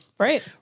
Right